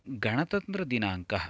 गणतन्त्रदिनाङ्कः